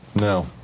No